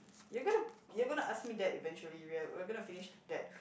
you're gonna you're gonna ask me that eventually we are we're going to finish deck